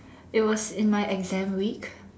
it was in my exam week